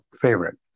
favorite